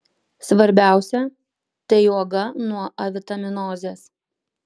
svarbiausia tai uoga nuo avitaminozės